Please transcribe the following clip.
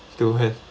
two hands